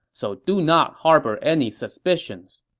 so do not harbor any suspicions.